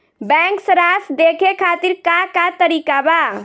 Bank सराश देखे खातिर का का तरीका बा?